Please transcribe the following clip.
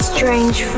Strange